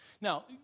Now